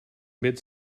mid